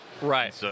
right